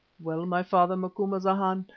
well, my father macumazana,